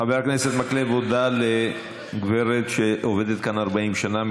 חבר הכנסת מקלב הודה לגברת שעובדת כאן 40 שנה.